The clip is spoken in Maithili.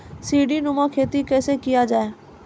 सीडीनुमा खेती कैसे किया जाय?